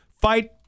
fight